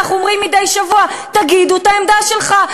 אנחנו אומרים מדי שבוע: תגיד את העמדה שלך.